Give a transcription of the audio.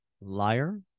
liar